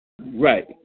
Right